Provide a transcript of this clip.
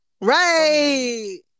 Right